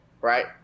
right